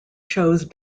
chose